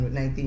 19